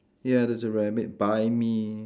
ya there's a rabbit buy me